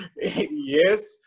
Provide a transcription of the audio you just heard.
Yes